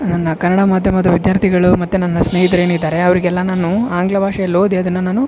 ನನ್ನ ಕನಡ ಮಾಧ್ಯಮದ ವಿದ್ಯಾರ್ಥಿಗಳು ಮತ್ತು ನನ್ನ ಸ್ನೇಹಿತ್ರು ಏನಿದ್ದಾರೆ ಅವರಿಗೆಲ್ಲ ನಾನು ಆಂಗ್ಲ ಭಾಷೆಯಲ್ಲಿ ಓದಿ ಅದನ್ನ ನಾನು